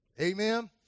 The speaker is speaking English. Amen